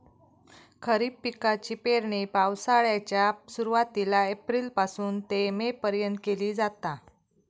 खरीप पिकाची पेरणी पावसाळ्याच्या सुरुवातीला एप्रिल पासून ते मे पर्यंत केली जाता